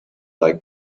like